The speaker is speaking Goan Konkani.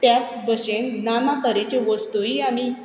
त्याच भशेन नाना तरेच्यो वस्तूय आमी